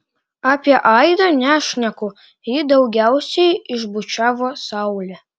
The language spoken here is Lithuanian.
apie aidą nešneku jį daugiausiai išbučiavo saulė